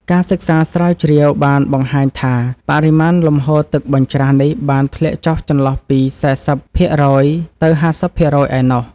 ការសិក្សាស្រាវជ្រាវបានបង្ហាញថាបរិមាណលំហូរទឹកបញ្ច្រាសនេះបានធ្លាក់ចុះចន្លោះពីសែសិបភាគរយទៅហាសិបភាគរយឯណោះ។